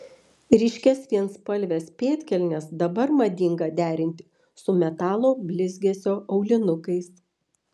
ryškias vienspalves pėdkelnes dabar madinga derinti su metalo blizgesio aulinukais